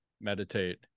meditate